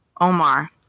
Omar